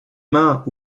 mains